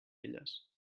elles